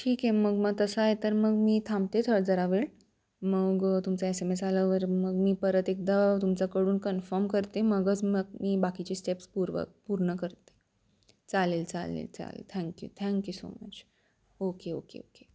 ठीक आहे मग मग तसं आहे तर मग मी थांबते थ जरा वेळ मग तुमचा एस एम एस आल्यावर मग मी परत एकदा तुमचाकडून कन्फर्म करते मगच मग मी बाकीचे स्टेप्स पूर्वक पूर्ण करते चालेल चालेल चालेल thank you thank you so much okay okay okay